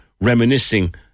reminiscing